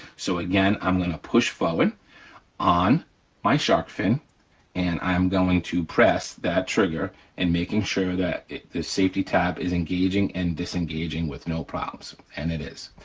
so again, i'm gonna push forward on my shark fin and i am going to press that trigger and making sure that the safety tab is engaging and disengaging with no problems, and it is.